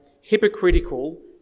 hypocritical